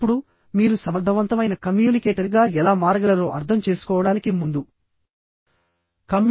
ఇప్పుడుమీరు సమర్థవంతమైన కమ్యూనికేటర్గా ఎలా మారగలరో అర్థం చేసుకోవడానికి ముందు కమ్యూనికేషన్ యొక్క ప్రాథమిక భాగాలను అర్థం చేసుకోండి